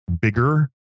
bigger